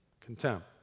contempt